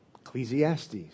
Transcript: Ecclesiastes